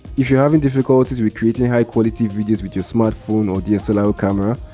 if you're having difficulties with creating high quality videos with your smartphone or dslr camera,